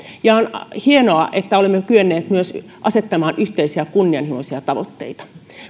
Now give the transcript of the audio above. on hienoa että olemme kyenneet myös asettamaan yhteisiä kunnianhimoisia tavoitteita